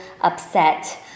upset